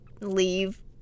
leave